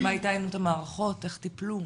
מה הייתה הענות המערכות, איך טיפלו?